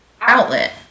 outlet